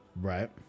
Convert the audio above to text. right